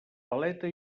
paleta